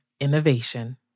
innovation